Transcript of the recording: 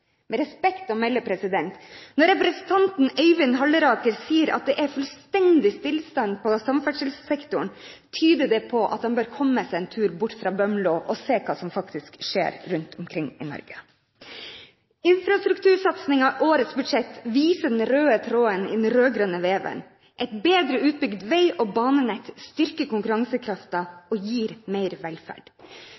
Med respekt å melde, når representanten Øyvind Halleraker sier at det er «fullstendig stillstand» på samferdselssektoren, tyder det på at han bør komme seg en tur bort fra Bømlo og se hva som faktisk skjer rundt omkring i Norge. Infrastruktursatsingen i årets budsjett viser den røde tråden i den rød-grønne veven: Et bedre utbygd vei- og banenett styrker